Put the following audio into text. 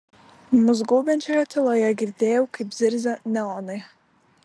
mus gaubiančioje tyloje girdėjau kaip zirzia neonai